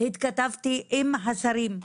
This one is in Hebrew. התכתבתי עם השרים,